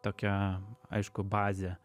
tokia aišku bazė